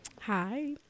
Hi